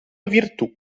virtù